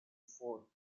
fourth